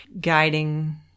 guiding